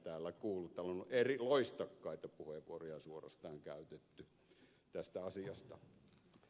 täällä on loistokkaita puheenvuoroja suorastaan käytetty tästä asiasta